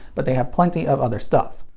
but they have plenty of other stuff.